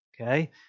Okay